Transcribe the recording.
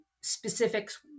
specifics